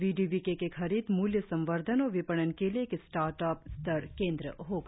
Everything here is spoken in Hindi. वी डी वी के खरीद मूल्य संवर्घन और विपणन के लिए एक स्टार्टअप स्तर केंद्र होगा